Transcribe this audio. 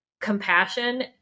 compassion